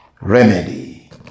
remedy